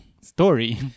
story